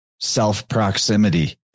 self-proximity